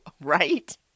right